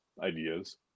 ideas